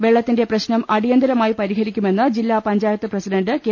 വെള്ളത്തിന്റെ പ്രശനം അടിയന്തരമായി പരിഹരിക്കുമെന്ന് ജില്ലാ പഞ്ചായത്ത് പ്രസിഡണ്ട് കെ